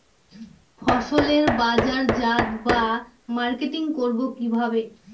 ফসলের বাজারজাত বা মার্কেটিং করব কিভাবে?